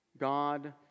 God